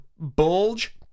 Bulge